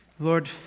Lord